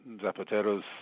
Zapatero's